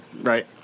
Right